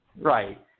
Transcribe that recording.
right